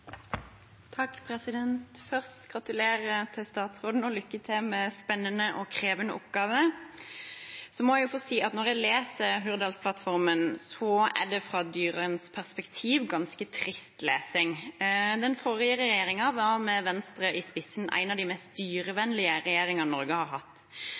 lykke til med spennende og krevende oppgaver! Jeg må få si at når jeg leser Hurdalsplattformen, er det fra dyrenes perspektiv ganske trist lesning. Den forrige regjeringen var med Venstre i spissen en av de mest dyrevennlige regjeringene Norge har hatt.